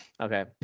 Okay